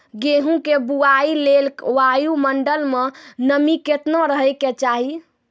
गेहूँ के बुआई लेल वायु मंडल मे नमी केतना रहे के चाहि?